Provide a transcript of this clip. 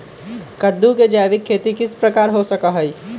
कददु के जैविक खेती किस प्रकार से होई?